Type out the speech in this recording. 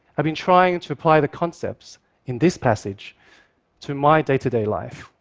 i've been trying to apply the concepts in this passage to my day-to-day life.